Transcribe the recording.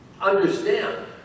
understand